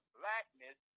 blackness